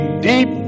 deep